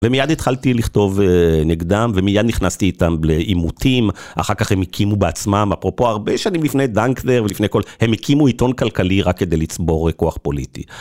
ומייד התחלתי לכתוב נגדם, ומייד נכנסתי איתם לעימותים, אחר כך הם הקימו בעצמם, אפרופו הרבה שנים לפני דנקדר ולפני כל, הם הקימו עיתון כלכלי רק כדי לצבור כוח פוליטי.